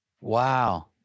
Wow